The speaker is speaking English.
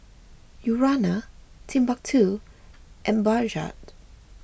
Urana Timbuk two and Bajaj